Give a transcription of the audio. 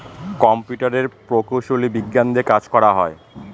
কম্পিউটারের প্রকৌশলী বিজ্ঞান দিয়ে কাজ করা হয়